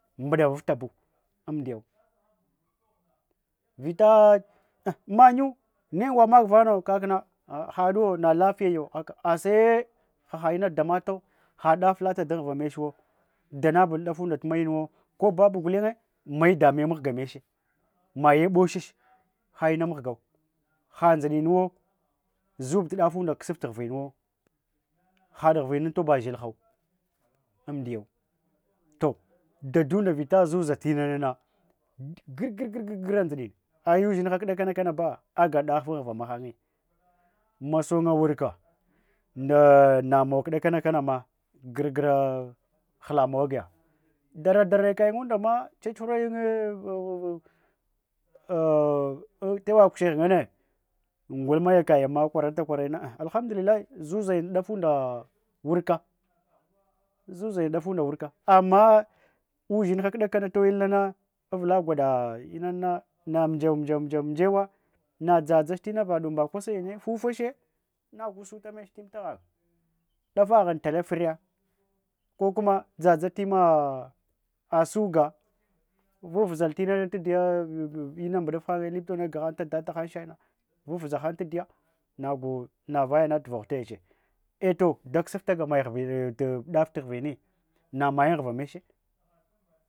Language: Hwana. Mbuda fuftabu amdiyau vita mayung negwad mak vano kakna hadu na lafiyyo aksase haha ina damatu hadef lata dunghuva mechuwo danapul dafunda tumayinuwo kobabu gulenye mai dame mahgemeche maye boshche ha’ina mangau handzidinuwu zubt dafunda kusf tughuvinuwo had ghuving untoba shúhawo amdiyau toh ɗaɗdunda vita zuza ina nznz kur kur kura ndzidm aya ushingha kudakana kana bah agafun ghuva tanye masunga wurka nda namowa kuda kana kaname gur gura ghulamowa giyah dara dara kaghun dama chachughura yunye tewa kushegh nganne ngwlma yakayunye kwarata kwaraina agh althamduhllahi zuzayung dafunda ah wurka zuzuyung dafunda wurka amma ushingha kudakana toyulnana uvula gwada inana dzan dzangwa nadzadzach inava duniba kwasayine fufache nagu sul amech imm taghan dafaghun tala vura kokuma dzadza imam ah’ah suye unghuwa meche